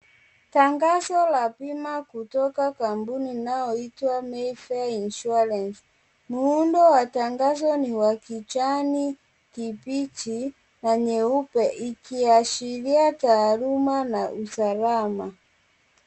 Tangazo la bima kutoka kampuni inayoitwa Mayfair insurance muundo wa tangazo ni wa kijani kibichi na nyeupe ikiashiria taaluma na usalama.